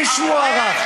איש מוערך,